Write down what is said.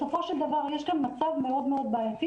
בסופו של דבר יש כאן מצב מאוד מאוד בעייתי